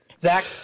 Zach